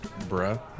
Bruh